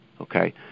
okay